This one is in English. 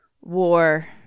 war